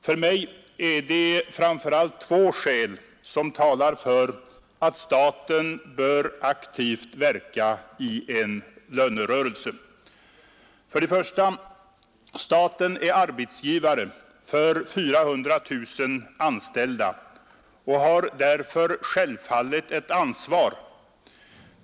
För mig är det framför allt två skäl som talar för att staten bör aktivt verka i en lönerörelse. För det första är staten arbetsgivare för 400 000 anställda och har därför självfallet ett ansvar.